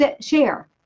share